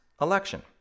election